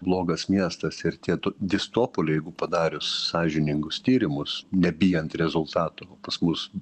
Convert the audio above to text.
blogas miestas ir tie to distopoliai jeigu padarius sąžiningus tyrimus nebijant rezultatų o pas mus